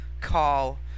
Call